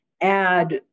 add